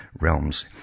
realms